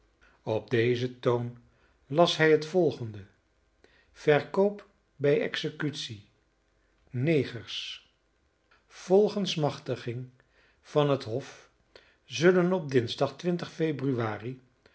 op dezen toon las hij het volgende verkoop bij executie negers volgens machtiging van het hof zullen op dinsdag februari